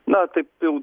na taip il